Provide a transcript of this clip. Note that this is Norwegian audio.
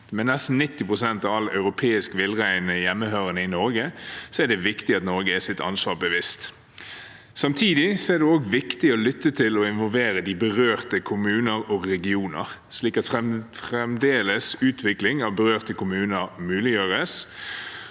Med nesten 90 pst. av all europeisk villrein hjemmehørende i Norge er det viktig at Norge er seg sitt ansvar bevisst. Samtidig er det viktig å lytte til og involvere de berørte kommunene og regionene, slik at utvikling av berørte kommuner fremdeles